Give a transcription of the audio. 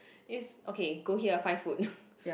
it's okay go here five foot